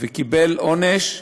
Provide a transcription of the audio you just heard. וקיבל עונש,